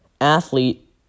athlete